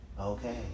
Okay